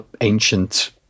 ancient